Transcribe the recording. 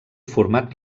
format